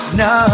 no